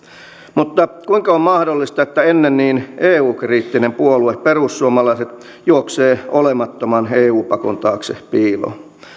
mutta kuinka on mahdollista että ennen niin eu kriittinen puolue perussuomalaiset juoksee olemattoman eu pakon taakse piiloon